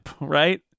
Right